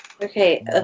Okay